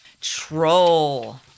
Troll